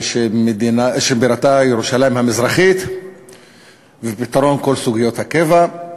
שבירתה ירושלים המזרחית ופתרון כל סוגיות הקבע.